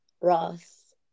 ross